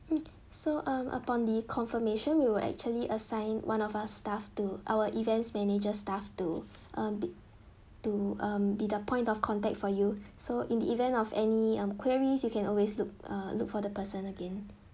mm so um upon the confirmation we will actually assign one of our staff to our events manager staff to um to um be the point of contact for you so in the event of any um queries you can always look uh look for the person again